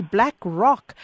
BlackRock